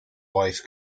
wife